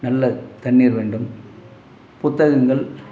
நல்ல தண்ணீர் வேண்டும் புத்தகங்கள்